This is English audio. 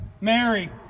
Mary